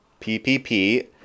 PPP